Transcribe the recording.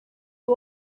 you